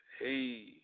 Hey